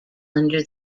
under